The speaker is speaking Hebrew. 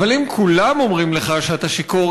אבל אם כולם אומרים לך שאתה שיכור,